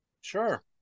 Sure